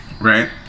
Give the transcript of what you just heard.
right